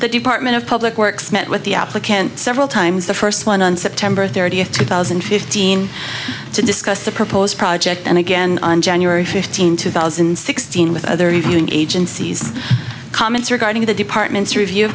the department of public works met with the applicant several times the first one on september thirtieth two thousand and fifteen to discuss the proposed project and again on january fifteenth two thousand and sixteen with other reviewing agencies comments regarding the department's review